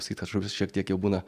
sakyt kad žuvis šiek tiek jau būna